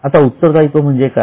आता उत्तरदायित्व म्हणजे काय